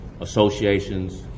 associations